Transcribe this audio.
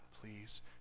please